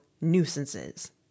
nuisances